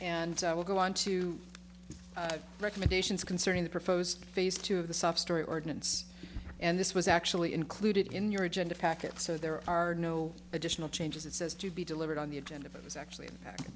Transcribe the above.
and will go on to recommendations concerning the proposed phase two of the substory ordinance and this was actually included in your agenda packet so there are no additional changes it says to be delivered on the agenda that was actually